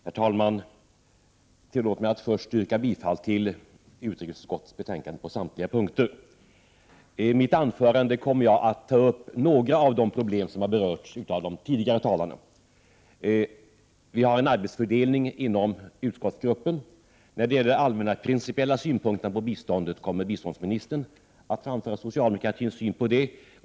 Herr talman! Tillåt mig att först yrka bifall till utrikesutskottets hemställan på samtliga punkter. I mitt anförande kommer jag att ta upp några av de problem som har berörts av de tidigare talarna. När det gäller de allmänna principiella synpunkterna på biståndet kommer biståndsministern att framföra socialdemokratins syn.